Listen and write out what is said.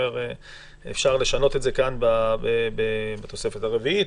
אפשר לשנות כאן בתוספת הרביעית,